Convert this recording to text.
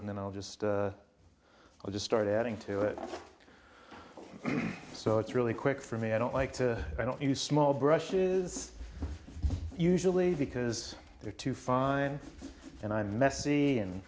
and then i'll just i'll just start adding to it so it's really quick for me i don't like to i don't use small brushes usually because they're too fine and i'm